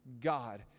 God